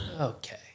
Okay